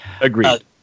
Agreed